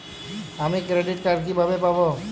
আমি credit card কিভাবে পাবো?